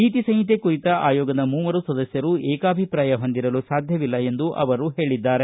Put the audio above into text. ನೀತಿ ಸಂಹಿತೆ ಕುರಿತ ಆಯೋಗದ ಮೂವರು ಸದಸ್ಯರು ಏಕಾಭಿಪ್ರಿಯ ಹೊಂದಿರಲು ಸಾಧ್ಯವಿಲ್ಲ ಎಂದು ಅವರು ಹೇಳಿದ್ದಾರೆ